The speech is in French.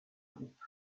groupe